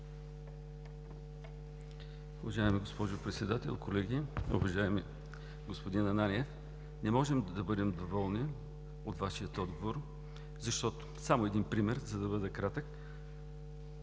Уважаема госпожо Председател, колеги! Уважаеми господин Ананиев, не можем да бъдем доволни от Вашия отговор, защото – само един пример, за да бъда кратък: